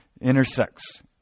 intersects